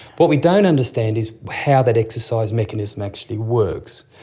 what we don't understand is how that exercise mechanism actually works.